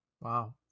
wow